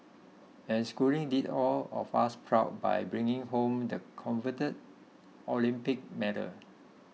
and Schooling did all of us proud by bringing home the coveted Olympic medal